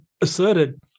asserted